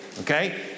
Okay